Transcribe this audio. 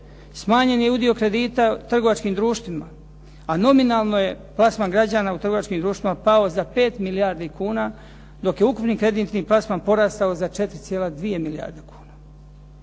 Smanjen je udio kredita trgovačkim društvima, a nominalno je plasman građana u trgovačkim društvima pao za 5 milijardi kuna, dok je ukupni kreditni plasman porastao za 4,2 milijarde kuna.